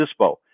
Dispo